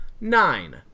Nine